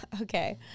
Okay